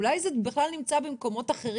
אולי זה בכלל נמצא במקומות אחרים.